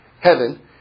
heaven